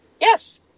Yes